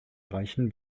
reichen